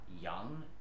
young